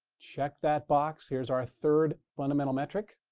check that box. here's our third fundamental metric.